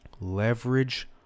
Leverage